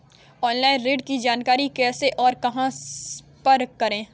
Online ऋण की जानकारी कैसे और कहां पर करें?